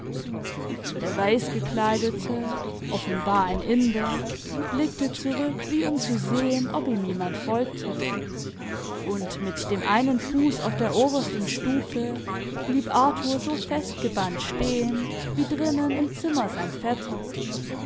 der weißgekleidete offenbar ein inder blickte zurück wie um zu sehen ob ihm jemand folgte und mit dem einen fuß auf der obersten stufe blieb arthur so festgebannt stehen wie drinnen im zimmer sein vetter